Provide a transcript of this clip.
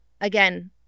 again